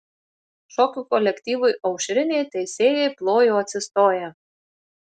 šokių kolektyvui aušrinė teisėjai plojo atsistoję